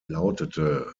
lautete